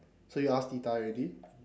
so you asked tita already